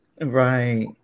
Right